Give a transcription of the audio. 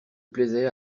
plaisait